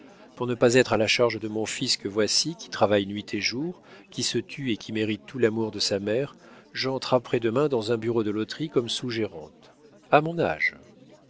pour ne pas être à la charge de mon fils que voici qui travaille nuit et jour qui se tue et qui mérite tout l'amour de sa mère j'entre après demain dans un bureau de loterie comme sous gérante a mon âge